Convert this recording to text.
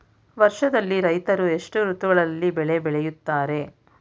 ವರ್ಷದಲ್ಲಿ ರೈತರು ಎಷ್ಟು ಋತುಗಳಲ್ಲಿ ಬೆಳೆ ಬೆಳೆಯುತ್ತಾರೆ?